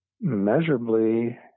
measurably